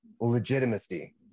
legitimacy